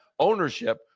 Ownership